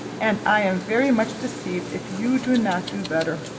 and i am very much deceived if you do not do better.